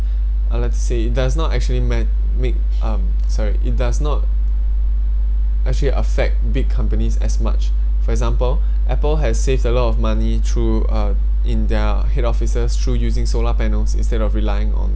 I'd like to say it does not actually meant mean um sorry it does not actually affect big companies as much for example apple has saved a lot of money through uh in their head offices through using solar panels instead of relying on